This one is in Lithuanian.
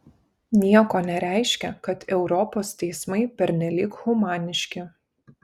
nieko nereiškia kad europos teismai pernelyg humaniški